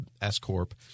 S-corp